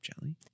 jelly